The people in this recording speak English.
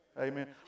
amen